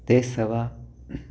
ते सवा